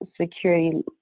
Security